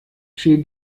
she